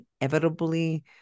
inevitably